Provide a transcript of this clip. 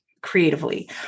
Creatively